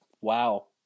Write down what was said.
Wow